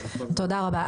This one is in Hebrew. תודה רבה.